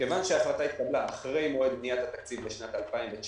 כיוון שההחלטה התקבלה אחרי מועד בניית התקציב לשנת 2019,